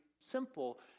Simple